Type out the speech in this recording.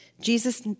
Jesus